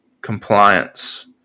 compliance